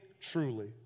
truly